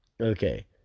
okay